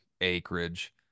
acreage